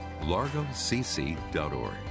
largocc.org